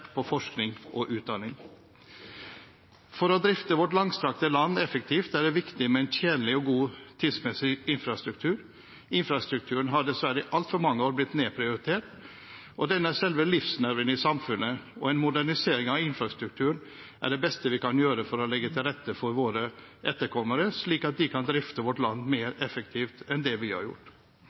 på forskning og utdanning. For å drifte vårt langstrakte land effektivt er det viktig med en tjenlig og god, tidsmessig infrastruktur. Infrastrukturen har dessverre i altfor mange år blitt nedprioritert. Den er selve livsnerven i samfunnet, og en modernisering av infrastrukturen er det beste vi kan gjøre for å legge til rette for våre etterkommere slik at de kan drifte vårt land mer effektivt enn det vi har gjort.